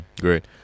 Great